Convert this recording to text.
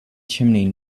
chimney